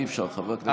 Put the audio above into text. אי-אפשר, חבר הכנסת כץ.